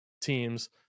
teams